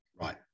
Right